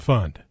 Fund